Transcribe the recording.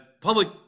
public